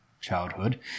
childhood